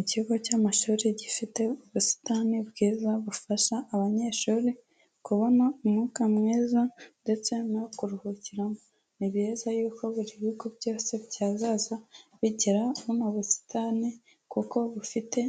Ikigo cy'amashuri gifite ubusitani bwiza bufasha abanyeshuri kubona umwuka mwiza, ndetse no kuruhukiramo. Ni beza yuko buri bigo byose byazaza bigira buno busitani, kuko bufite